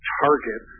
target